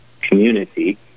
community